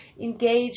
engage